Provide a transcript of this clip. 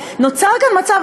נוצר כאן מצב,